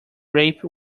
rape